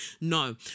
no